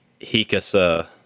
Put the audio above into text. Hikasa